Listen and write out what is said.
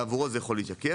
עבורו זה יכול להתייקר.